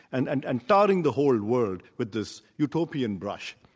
and and and tarring the whole world with this utopian brush.